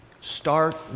Start